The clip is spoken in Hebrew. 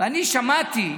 ואני שמעתי,